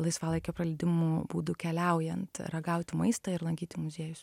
laisvalaikio praleidimo būdų keliaujant ragauti maistą ir lankyti muziejus